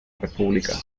república